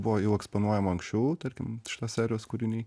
buvo jau eksponuojama anksčiau tarkim šitos serijos kūriniai